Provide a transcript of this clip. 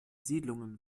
siedlungen